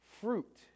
fruit